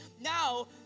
now